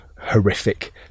horrific